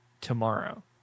Tomorrow